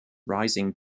rising